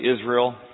Israel